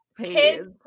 kids